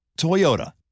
Toyota